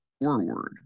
forward